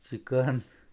chicken